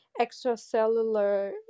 extracellular